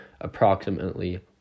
approximately